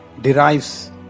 derives